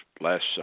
last